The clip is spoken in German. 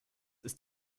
ist